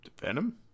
venom